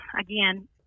again